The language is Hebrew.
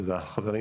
הם שולחים